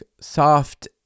soft